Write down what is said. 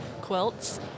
quilts